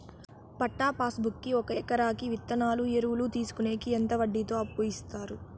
పట్టా pass book కి ఒక ఎకరాకి విత్తనాలు, ఎరువులు తీసుకొనేకి ఎంత వడ్డీతో అప్పు ఇస్తారు?